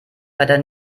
leider